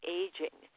aging